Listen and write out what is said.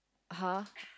!huh!